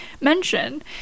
mention